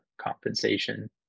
compensation